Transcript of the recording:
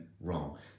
wrong